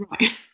Right